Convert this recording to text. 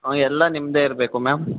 ಹ್ಞೂ ಎಲ್ಲ ನಿಮ್ದೆ ಇರಬೇಕು ಮ್ಯಾಮ್